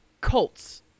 Colts